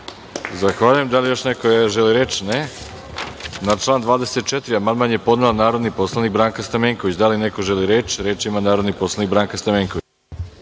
Zahvaljujem. Da li još neko želi reč? (Ne.)Na član 24. amandman je podnela narodni poslanik Branka Stamenković. Da li neko želi reč? Reč ima narodni poslanik Branka Stamenković.